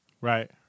Right